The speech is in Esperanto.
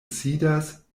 sidas